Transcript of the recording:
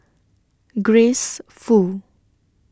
Grace Fu